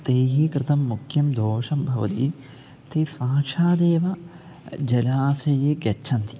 तैः कृतं मुख्यं दोषं भवति ते साक्षादेव जलाशये गच्छन्ति